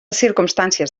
circumstàncies